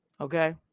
Okay